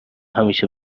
همیشه